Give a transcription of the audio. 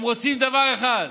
הם רוצים דבר אחד,